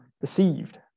deceived